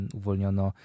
uwolniono